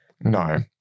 No